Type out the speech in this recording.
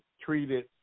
treated